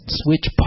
switch